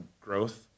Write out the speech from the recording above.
growth